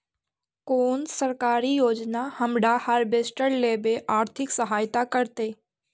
कोन सरकारी योजना हमरा हार्वेस्टर लेवे आर्थिक सहायता करतै?